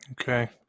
Okay